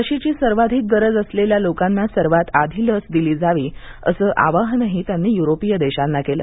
लशीची सर्वाधिक गरज असलेल्या लोकांना सर्वात आधी लस दिली जावी असं आवाहनही त्यांनी युरोपीय देशांना केलं